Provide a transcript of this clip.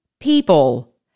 People